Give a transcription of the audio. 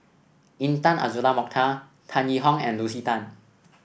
Intan Azura Mokhtar Tan Yee Hong and Lucy Tan